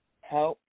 help